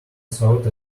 thought